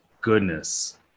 goodness